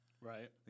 Right